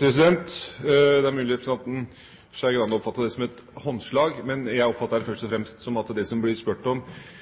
er mulig representanten Skei Grande oppfattet det som et håndslag, men jeg oppfatter det først og